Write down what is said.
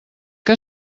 que